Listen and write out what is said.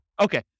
Okay